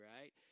right